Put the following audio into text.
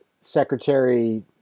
secretary